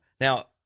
Now